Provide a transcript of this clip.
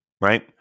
Right